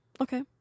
Okay